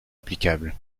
applicables